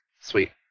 Sweet